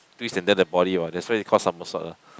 twist and then the poly what that's why he's called somersault lah